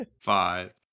Five